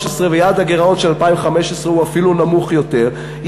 ויעד הגירעון של 2015 הוא אפילו נמוך יותר,